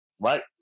right